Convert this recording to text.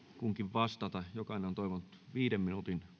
vastata jokainen on toivonut viiden minuutin